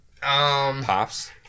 Pops